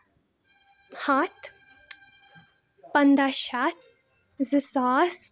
ہَتھ پَنٛداہ شَتھ زٕ ساس